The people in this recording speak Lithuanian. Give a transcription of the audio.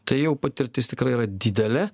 tai jau patirtis tikrai yra didelė